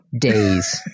days